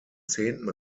zehnten